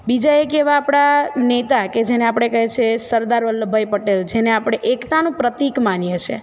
બીજા એક એવા આપણા નેતા કે જેને આપણે કહી છીએ સરદાર વલ્લભભાઈ પટેલ જેને આપણે એકતાનું પ્રતીક માનીએ છીએ